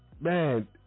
man